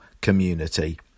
community